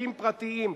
עסקים פרטיים.